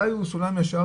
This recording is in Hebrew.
מתי הוא סולם ישר?